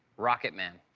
rocket man.